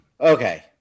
Okay